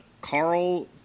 Carl